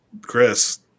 Chris